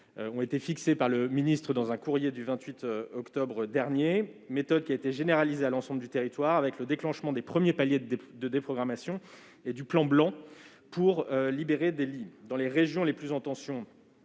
ont été fixés, par le ministre, dans un courrier datant du 28 octobre dernier. La méthode a été généralisée à l'ensemble du territoire, avec le déclenchement des premiers paliers de déprogrammation et du plan blanc pour libérer des lits. Dans les régions les plus en tension,